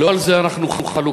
לא על זה אנחנו חלוקים.